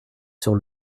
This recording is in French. sur